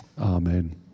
Amen